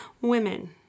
women